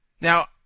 Now